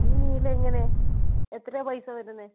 ഈ നൂലെങ്ങനെ എത്രയാണ് പൈസ വരുന്നത്